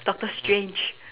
doctor strange